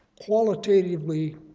qualitatively